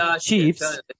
chiefs